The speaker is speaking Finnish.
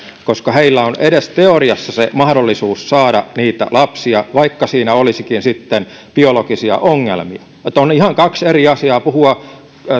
koska heillä on edes teoriassa se mahdollisuus saada lapsia vaikka siinä olisikin sitten biologisia ongelmia on kaksi ihan eri asiaa puhua